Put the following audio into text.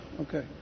okay